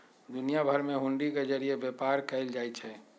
दुनिया भर में हुंडी के जरिये व्यापार कएल जाई छई